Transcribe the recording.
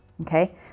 okay